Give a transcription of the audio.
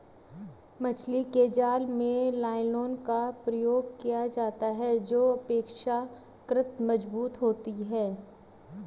मछली के जाल में नायलॉन का प्रयोग किया जाता है जो अपेक्षाकृत मजबूत होती है